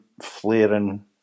flaring